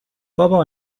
بابا